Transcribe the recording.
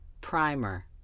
Primer